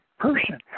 person